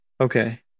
Okay